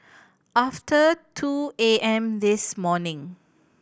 after two A M this morning